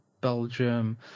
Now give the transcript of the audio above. Belgium